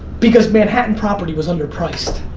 because manhattan property was under priced.